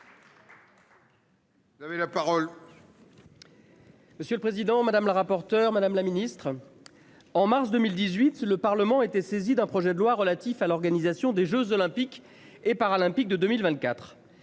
Vous avez la parole.